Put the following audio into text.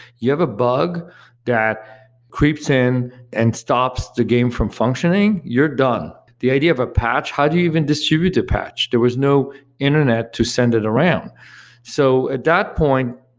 you have a bug that creeps in and stops the game from functioning, you're done. the idea of a patch, how do you even distribute a patch? there was no internet to send it around so at that point,